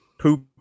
poop